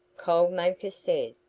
cold maker said,